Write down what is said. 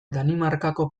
danimarkako